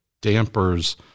dampers